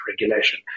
regulation